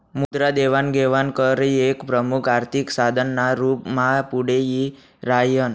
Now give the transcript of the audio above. मुद्रा देवाण घेवाण कर एक प्रमुख आर्थिक साधन ना रूप मा पुढे यी राह्यनं